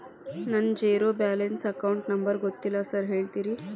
ನನ್ನ zero balance account number ಗೊತ್ತಿಲ್ಲ sir ಹೇಳ್ತೇರಿ?